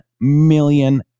million